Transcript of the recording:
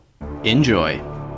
enjoy